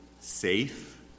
safe